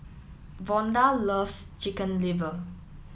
Vonda loves Chicken Liver